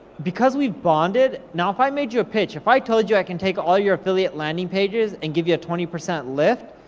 because we bonded, now if i made you a pitch, if i told you i could take all your affiliate landing pages and give you a twenty percent lift,